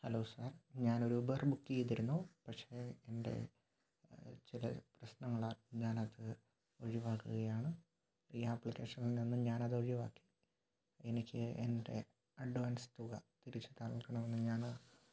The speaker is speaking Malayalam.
ഹലോ സാർ ഞാൻ ഒരു ഊബർ ബുക്ക് ചെയ്തിരുന്നു പക്ഷെ എൻ്റെ ചില പ്രശ്നങ്ങളാൽ ഞാൻ അത് ഒഴിവാക്കുകയാണ് ഈ ആപ്പ്ളിക്കേഷനിൽ നിന്നും ഞാൻ അത് ഒഴിവാക്കി എനിക്ക് എൻ്റെ അഡ്വാൻസ് തുക തിരിച്ച് നൽകണമെന്ന് ഞാൻ